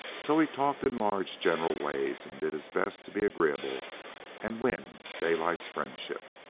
so he talked in large general ways, and did his best to be agreeable and win daylight's friendship.